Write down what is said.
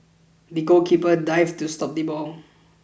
the goalkeeper dived to stop the ball